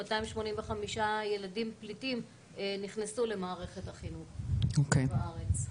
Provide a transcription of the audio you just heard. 285 פליטים נכנסו למערכת החינוך בארץ.